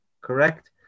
Correct